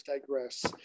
digress